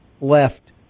left